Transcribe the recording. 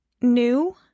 new